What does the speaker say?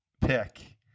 pick